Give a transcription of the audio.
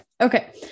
Okay